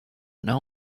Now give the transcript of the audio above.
know